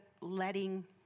letting